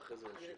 ואחרי כן נמשיך.